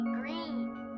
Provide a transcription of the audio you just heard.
green